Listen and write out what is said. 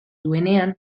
duenean